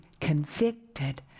convicted